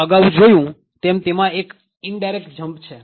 અગાઉ જોયું તેમ તેમાં એક indirect jump છે